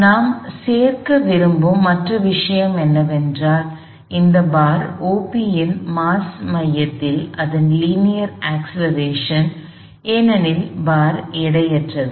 நாம் சேர்க்க விரும்பும் மற்ற விஷயம் என்னவென்றால் இந்த பார் OP இன் மாஸ் மையத்தில் இதன் லீனியர் அக்ஸ்லெரேஷன் ஏனெனில் பார் எடையற்றது